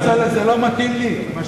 כצל'ה, לא מתאים לי מה שאתה אומר.